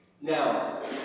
Now